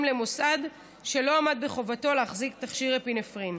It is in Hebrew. למוסד שלא עמד בחובתו להחזיק תכשיר אפינפרין.